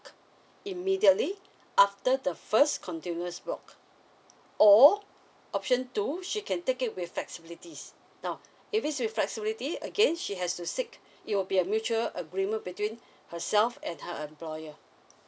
immediately after the first continuous block or option two she can take it with flexibilities now if it's with flexibility again she has to seek it will be a mutual agreement between herself and her employer